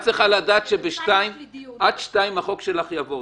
את צריכה לדעת שב-14:00 החוק שלך יעבור.